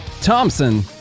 Thompson